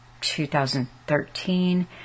2013